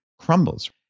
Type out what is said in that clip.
crumbles